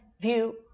view